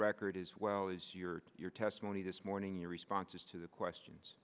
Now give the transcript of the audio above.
record as well as your your testimony this morning your responses to the questions